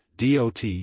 DOT